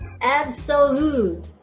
Absolute